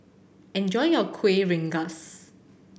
enjoy your Kuih Rengas